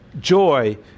joy